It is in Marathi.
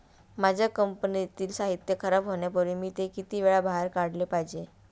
माझ्या कंपनीतील साहित्य खराब होण्यापूर्वी मी ते किती वेळा बाहेर काढले पाहिजे?